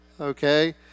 okay